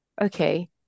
okay